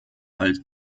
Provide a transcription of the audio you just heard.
alt